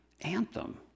anthem